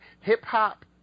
hip-hop